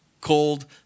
cold